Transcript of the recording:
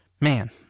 Man